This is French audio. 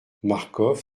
marcof